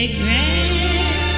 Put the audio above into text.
grand